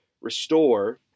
restore